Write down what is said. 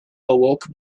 awoke